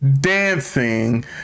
dancing